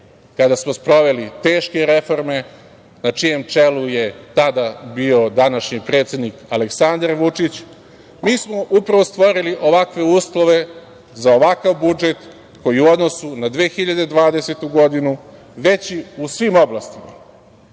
kada smo sproveli teške reforme, na čijem čelu je tada bio današnji predsednik Aleksandar Vučić, mi smo upravo stvorili ovakve uslove za ovakav budžet koji je u odnosu na 2020. godinu veći u svim oblastima